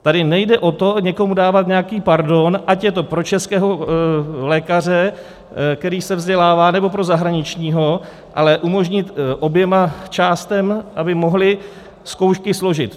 Tady nejde o to někomu dávat nějaký pardon, ať je to pro českého lékaře, který se vzdělává, nebo pro zahraničního, ale umožnit oběma částem, aby mohly zkoušky složit.